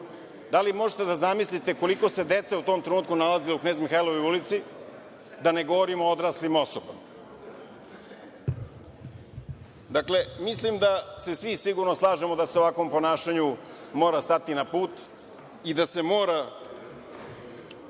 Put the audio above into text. Da li možete da zamislite koliko se dece u tom trenutku nalazi u Knez Mihailovoj ulici, da ne govorim o odraslim osobama. Dakle, mislim da se svi sigurno slažemo da se ovakvom ponašanju mora stati na put i da se moraju